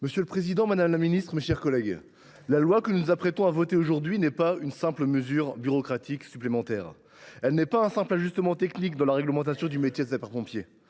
Monsieur le président, madame la ministre, mes chers collègues, la proposition de loi que nous nous apprêtons à voter aujourd’hui n’est pas une simple mesure bureaucratique supplémentaire. Elle n’est pas un banal ajustement technique de la réglementation du métier de sapeur pompier.